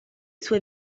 sue